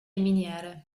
miniere